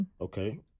okay